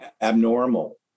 abnormal